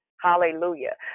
Hallelujah